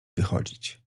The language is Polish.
wychodzić